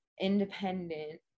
independent